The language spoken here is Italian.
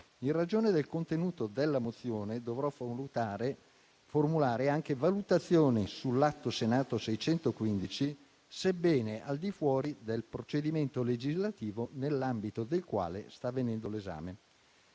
In ragione del contenuto della mozione dovrò formulare anche valutazioni sull'Atto Senato 615, sebbene al di fuori del procedimento legislativo nell'ambito del quale sta avvenendo l'esame.